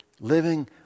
Living